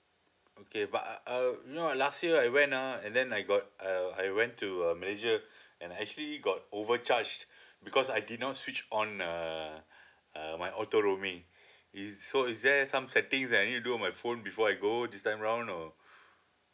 okay but uh uh you know last year I went uh and then I got uh I went to a manager and I actually got overcharged because I did not switch on uh uh my auto roaming is so is there some settings that I need to do on my phone before I go this time round or